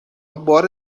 بار